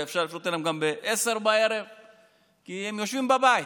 ואפשר לפנות אליהם גם ב-22:00 כי הם יושבים בבית,